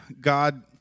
God